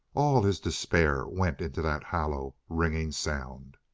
all his despair went into that hollow, ringing sound.